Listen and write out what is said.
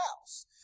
house